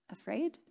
afraid